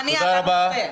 אני ויתרתי לך על המקום.